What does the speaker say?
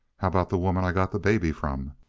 how about the woman i got the baby from?